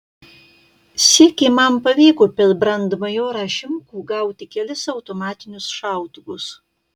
sykį man pavyko per brandmajorą šimkų gauti kelis automatinius šautuvus